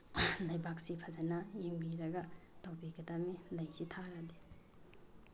ꯂꯩꯕꯥꯛꯁꯤ ꯐꯖꯅ ꯌꯦꯡꯕꯤꯔꯒ ꯇꯧꯕꯤꯒꯗꯕꯅꯤ ꯂꯩꯁꯤ ꯊꯥꯔꯗꯤ